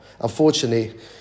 Unfortunately